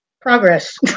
progress